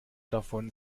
davon